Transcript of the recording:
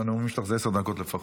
כי כל הנאומים שלך הם עשר דקות לפחות.